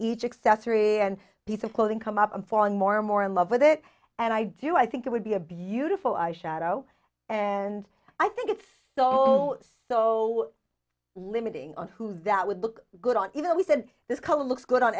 each accessory and piece of clothing come up i'm falling more and more in love with it and i do i think it would be a beautiful eye shadow and i think it's so so limiting on who that would look good on you know we said this color looks good on